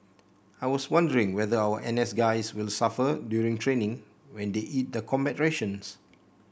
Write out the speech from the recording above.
I was wondering whether our N S guys will suffer during training when they eat the combat rations